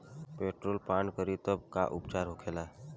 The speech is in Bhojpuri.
पेट्रोल पान करी तब का उपचार होखेला?